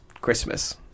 Christmas